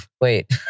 Wait